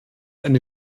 eine